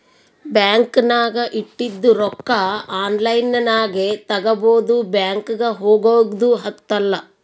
bank ನಾಗ್ ಇಟ್ಟಿದು ರೊಕ್ಕಾ ಆನ್ಲೈನ್ ನಾಗೆ ತಗೋಬೋದು ಬ್ಯಾಂಕ್ಗ ಹೋಗಗ್ದು ಹತ್ತಲ್